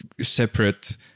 separate